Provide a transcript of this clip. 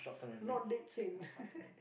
not dead sin